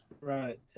Right